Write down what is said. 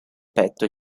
petto